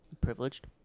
Privileged